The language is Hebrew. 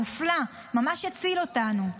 מופלא,